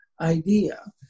idea